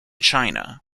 china